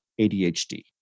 ADHD